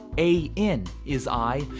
a, in, is, i,